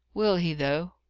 will he, though?